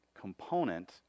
component